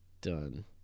Done